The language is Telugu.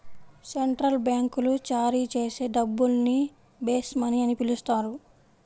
సెంట్రల్ బ్యాంకులు జారీ చేసే డబ్బుల్ని బేస్ మనీ అని పిలుస్తారు